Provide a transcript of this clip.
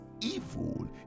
evil